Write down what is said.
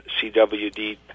CWD